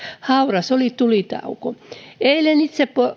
hauras oli tulitauko eilen